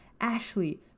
Ashley